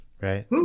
Right